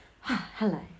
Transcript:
Hello